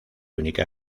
única